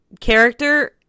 character